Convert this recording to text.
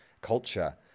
culture